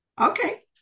Okay